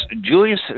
Julius